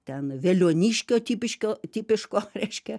ten veliuoniškio tipiškio tipiško reiškia